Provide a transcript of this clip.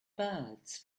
birds